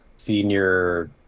Senior